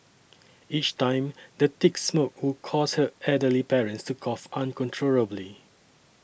each time the thick smoke would cause her elderly parents to cough uncontrollably